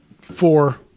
four